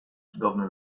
cudowny